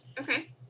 Okay